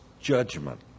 judgment